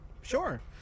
sure